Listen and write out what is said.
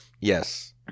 Yes